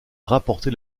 rapportait